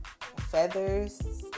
feathers